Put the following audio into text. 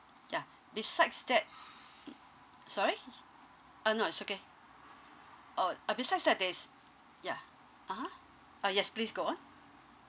ya besides that sorry uh no is okay or uh besides that there is yeah (uh huh) uh yes please go on